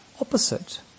opposite